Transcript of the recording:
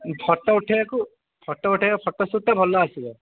photo ଉଠେଇବାକୁ photo ଉଠେଇବାକୁ ଫୋଟୋସୁଟ୍ଟେ ଭଲ ଆସିବ